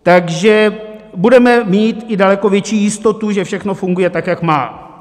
Takže budeme mít i daleko větší jistotu, že všechno funguje, tak jak má.